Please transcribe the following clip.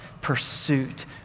pursuit